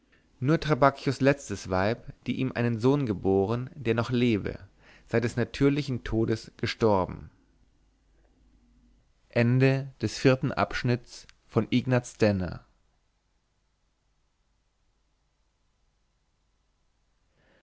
nur trabacchios letztes weib die ihm einen sohn geboren der noch lebe sei des natürlichen todes gestorben